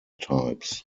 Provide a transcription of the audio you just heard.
types